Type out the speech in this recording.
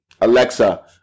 Alexa